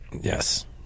Yes